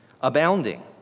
Abounding